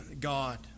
God